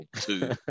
two